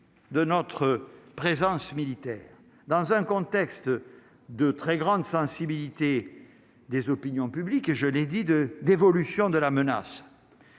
de notre présence militaire dans un contexte de très grande sensibilité des opinions publiques et je l'ai dit de d'évolution de la menace.